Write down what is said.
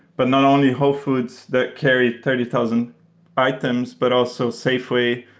but not only whole foods that carry thirty thousand items, but also safeway,